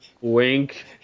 Wink